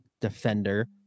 defender